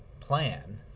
plan